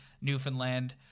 Newfoundland